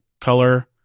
color